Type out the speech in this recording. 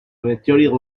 meteorite